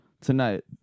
Tonight